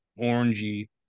orangey